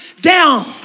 down